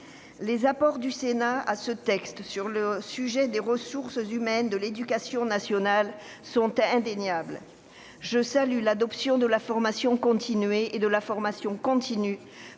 Les apports du Sénat à ce texte s'agissant des ressources humaines de l'éducation nationale sont indéniables. Je salue l'adoption de la formation continuée et de la formation continue